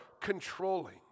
controlling